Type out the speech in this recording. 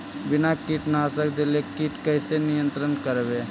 बिना कीटनाशक देले किट कैसे नियंत्रन करबै?